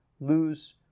lose